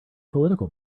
political